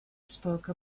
spoke